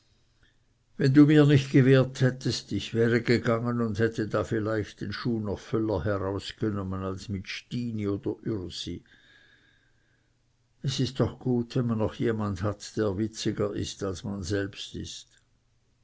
wenn du mir nicht gewehrt hättest ich wäre gegangen und hätte da vielleicht den schuh noch völler herausgenommen als mit stini oder ürsi es ist doch gut wenn man noch jemand hat der witziger ist als man selbst ist